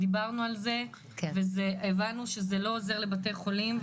דיברנו על זה והבנו שזה לא עוזר לבתי חולים,